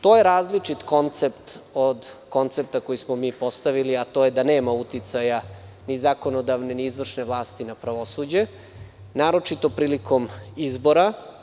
To je različit koncept od koncepta koji smo mi postavili, a to je da nema uticaja ni zakonodavne ni izvršne vlasti na pravosuđe, naročito prilikom izbora.